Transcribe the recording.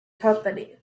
company